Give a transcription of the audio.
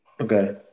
Okay